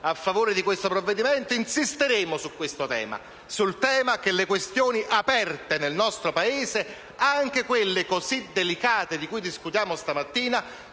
a favore di questi provvedimenti. Insisteremo sul tema che le questioni aperte nel nostro Paese, anche quelle così delicate di cui discutiamo stamattina,